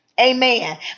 Amen